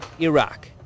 Iraq